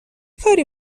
کاری